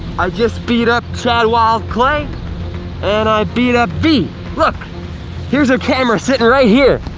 i just beat up chad wild clay and i beat up feet look here's a camera sitting right here.